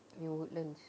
near woodlands